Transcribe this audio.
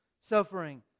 suffering